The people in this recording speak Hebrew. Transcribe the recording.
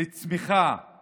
של